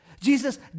Jesus